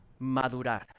madurar